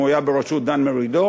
הוא היה בראשות דן מרידור,